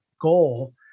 goal